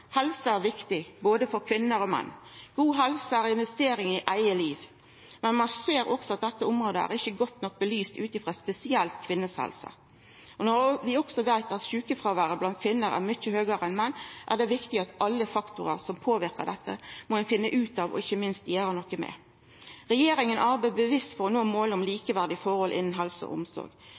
Helse er viktig for både kvinner og menn. God helse er investering i eige liv, men ein ser også at dette området ikkje er belyst godt nok, spesielt med tanke på kvinnehelse. Når vi også veit at sjukefråværet blant kvinner er mykje høgare enn blant menn, er det viktig at ein finn ut av og ikkje minst gjer noko med alle faktorar som påverkar dette. Regjeringa arbeider bevisst for å nå målet om likeverdige forhold innan helse og omsorg.